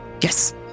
Yes